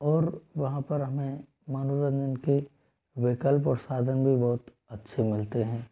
और वहाँ पर हमें मनोरंजन के विकल्प और साधन भी बहुत अच्छे मिलते हैं